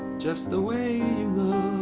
just the way